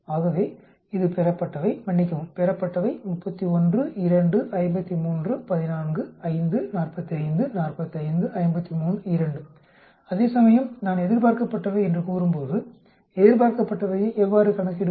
ஆகவே இது பெறப்பட்டவை மன்னிக்கவும் பெறப்பட்டவை 31 2 53 14 5 45 45 53 2 அதேசமயம் நான் எதிர்பார்க்கப்பட்டவை என்று கூறும்போது எதிர்பார்க்கப்பட்டவையை எவ்வாறு கணக்கிடுவது